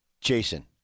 Jason